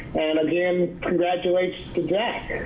and again, congratulations to jack,